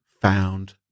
found